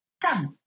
Done